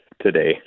today